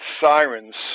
Sirens